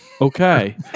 Okay